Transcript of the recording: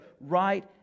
right